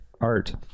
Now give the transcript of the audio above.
art